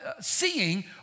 seeing